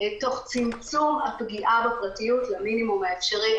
תוך צמצום הפגיעה בפרטיות למינימום האפשרי.